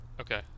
Okay